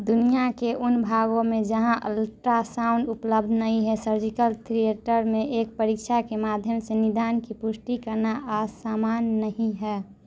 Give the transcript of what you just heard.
दुनिया के उन भागों में जहाँ अल्ट्रासाउंड उपलब्ध नहीं है सर्जिकल थिएटर में एक परीक्षा के माध्यम से निदान की पुष्टि करना असामान्य नहीं है